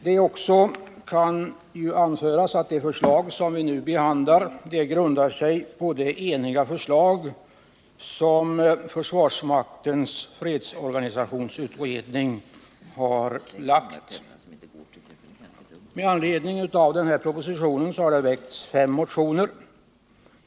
Det kan också anföras att det förslag vi nu behandlar grundar sig på det enhälliga förslag som försvarsmaktens fredsorganisationsutredning har lagt. Med anledning av propositionen har det väckts fem motioner.